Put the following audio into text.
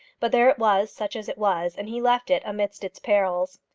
but there it was, such as it was, and he left it amidst its perils.